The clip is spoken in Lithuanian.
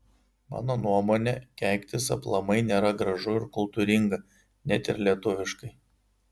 mano nuomone keiktis aplamai nėra gražu ir kultūringa net ir lietuviškai